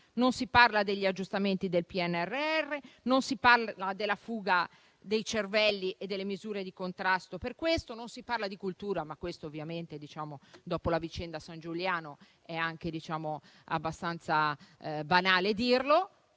non si parla degli aggiustamenti del PNRR, della fuga di cervelli e delle misure di contrasto al fenomeno; non si parla di cultura, ma ovviamente dopo la vicenda Sangiuliano è anche abbastanza banale dirlo.